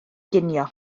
ginio